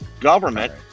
government